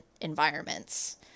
environments